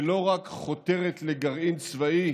שלא רק חותרת לגרעין צבאי